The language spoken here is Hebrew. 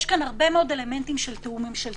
יש כאן הרבה מאוד אלמנטים של תיאום ממשלתי.